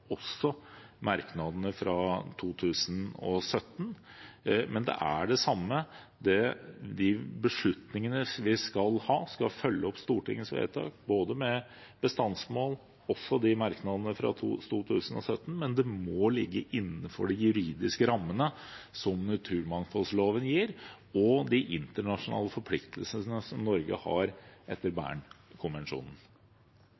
merknadene fra 2017, men det er det samme. De beslutningene vi tar, skal følge opp Stortingets vedtak både når det gjelder bestandsmål og merknadene fra 2017, men det må ligge innenfor de juridiske rammene som naturmangfoldloven gir, og de internasjonale forpliktelsene som Norge har etter